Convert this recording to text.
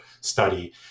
study